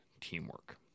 teamwork